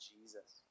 Jesus